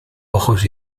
ojos